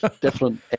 different